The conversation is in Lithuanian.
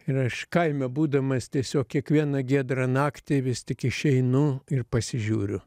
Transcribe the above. ir aš kaime būdamas tiesiog kiekvieną giedrą naktį vis tik išeinu ir pasižiūriu